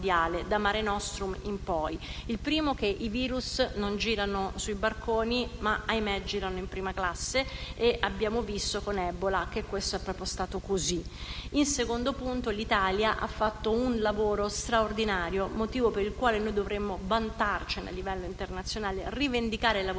Il primo punto è che i virus non girano sui barconi ma - ahimè - girano in prima classe, e abbiamo visto con ebola che è accaduto proprio questo. Il secondo punto è che l'Italia ha fatto un lavoro straordinario, motivo per il quale dovremmo vantarci a livello internazionale e rivendicare il lavoro